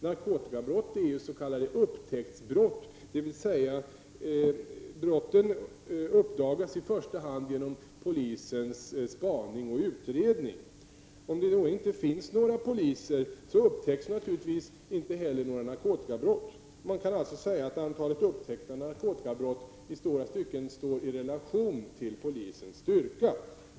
Narkotikabrott är s.k. upptäcktsbrott, dvs. brotten uppdagas i första hand genom polisens spaning och utredning. Om det då inte finns några poliser, upptäcks naturligtvis inte heller några narkotikabrott. Man kan alltså säga att antalet upp täckta narkotikabrott i hög grad står i relation till polisens styrka.